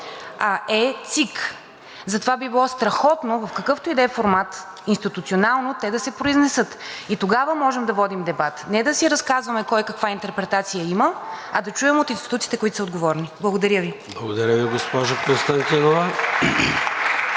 а е ЦИК, затова би било страхотно в какъвто и да е формат институционално те да се произнесат и тогава можем да водим дебата, не да си разказваме кой каква интерпретация има, а да чуем от институциите, които са отговорни. Благодаря Ви. (Ръкопляскания от